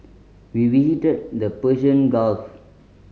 we visited the Persian Gulf